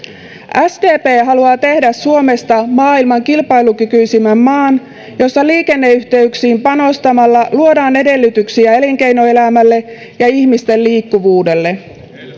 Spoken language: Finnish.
sdp haluaa tehdä suomesta maailman kilpailukykyisimmän maan jossa liikenneyh teyksiin panostamalla luodaan edellytyksiä elinkeinoelämälle ja ihmisten liikkuvuudelle